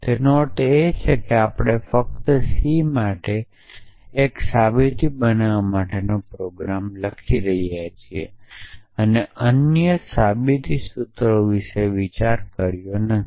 તેનો અર્થ એ છે કે આપણે ફક્ત સી માટે એક સાબિતી બનાવવા માટે પ્રોગ્રામ લખી રહ્યાં છીએ અને અન્ય સાબિત સૂત્રો વિશે વિચાર કર્યો નથી